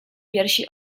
piersi